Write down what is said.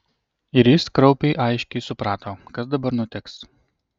ir jis kraupiai aiškiai suprato kas dabar nutiks